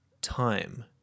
Time